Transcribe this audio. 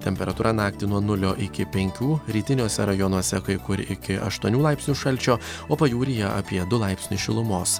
temperatūra naktį nuo nulio iki penkių rytiniuose rajonuose kai kur iki aštuonių laipsnių šalčio o pajūryje apie du laipsnius šilumos